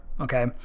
okay